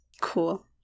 Cool